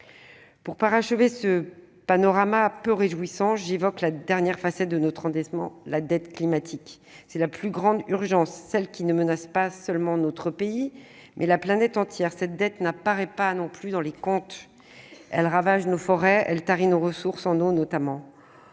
Pour parachever ce panorama peu réjouissant, j'évoquerai la dernière facette de notre endettement, la dette climatique. C'est la plus grande urgence, celle qui menace non seulement notre pays, mais la planète entière. Cette dette n'apparaît pas plus dans nos comptes, mais elle ravage nos forêts et tarit nos ressources, en eau notamment.